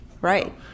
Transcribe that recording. Right